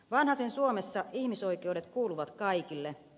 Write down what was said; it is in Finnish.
vanhasen suomessa ihmisoikeudet kuuluvat kaikille